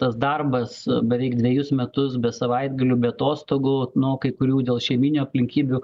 tas darbas beveik dvejus metus be savaitgalių be atostogų nu kai kurių dėl šeimyninių aplinkybių